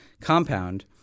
compound